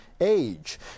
age